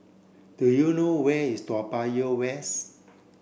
do you know where is Toa Payoh West